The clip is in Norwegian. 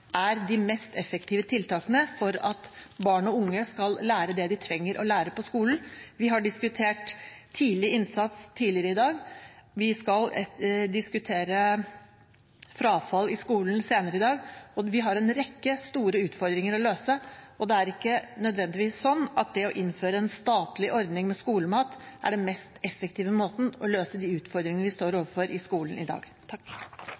er de mest effektive tiltakene for at barn og unge skal lære det de trenger å lære på skolen. Vi har diskutert tidlig innsats tidligere i dag. Vi skal diskutere frafall i skolen senere i dag. Vi har en rekke store utfordringer å løse, og det er ikke nødvendigvis slik at det å innføre en statlig ordning med skolemat er den mest effektive måten å løse de utfordringene vi står overfor i skolen i dag.